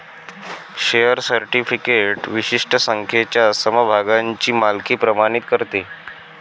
share certificate विशिष्ट संख्येच्या समभागांची मालकी प्रमाणित करते